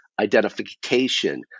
identification